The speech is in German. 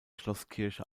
schlosskirche